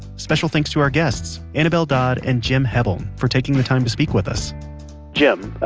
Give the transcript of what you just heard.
special thanks to our guests annabel dodd and jim hebbeln for taking the time to speak with us jim,